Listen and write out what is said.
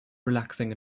relaxing